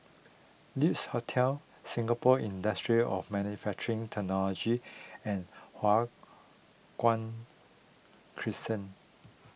Lex Hotel Singapore Industry of Manufacturing Technology and Hua Guan Crescent